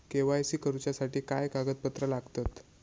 KYC करूच्यासाठी काय कागदपत्रा लागतत?